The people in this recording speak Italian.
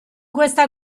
questa